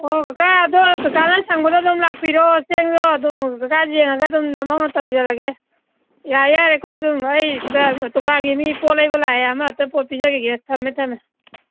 ꯑꯣ ꯀꯀꯥ ꯑꯗꯣ ꯀꯀꯥꯅ ꯁꯪꯕ ꯀꯥꯟꯗ ꯑꯗꯨꯝ ꯂꯥꯛꯄꯤꯔꯣ ꯆꯦꯡꯗꯣ ꯑꯗꯨꯝ ꯀꯀꯥ ꯌꯦꯡꯂꯒ ꯑꯗꯨꯝ ꯅꯃꯧꯅ ꯇꯧꯖꯔꯒꯦ ꯌꯥꯔꯦ ꯌꯥꯔꯦꯀꯣ ꯑꯗꯨꯝ ꯑꯩ ꯁꯤꯗ ꯗꯨꯀꯥꯟꯒꯤ ꯃꯤ ꯄꯣꯠ ꯂꯩꯕ ꯂꯥꯛꯑꯦ ꯑꯃ ꯈꯤꯇ ꯄꯣꯠ ꯄꯤꯖꯈꯤꯒꯦ ꯊꯝꯃꯦ ꯊꯝꯃꯦ